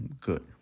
good